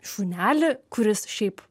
šunelį kuris šiaip